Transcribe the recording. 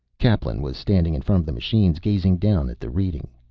kaplan was standing in front of the machines, gazing down at the reading.